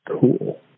cool